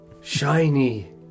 Shiny